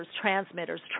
transmitters